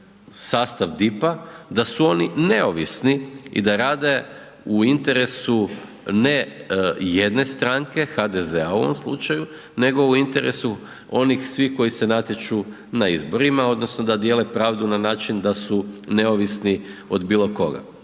sastav DIP-a da su oni neovisni i da rade u interesu, ne jedne stranke, HDZ-a u ovom slučaju nego u interesu onih svih koji se natječu na izborima, odnosno da dijele pravdu na način da su neovisni od bilo koga.